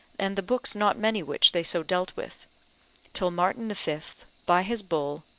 and the books not many which they so dealt with till martin v, by his bull,